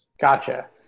Gotcha